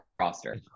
roster